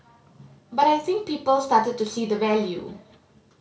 but I think people started to see the value